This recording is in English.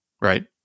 right